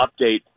update